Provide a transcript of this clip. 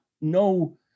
no